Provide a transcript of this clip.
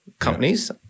Companies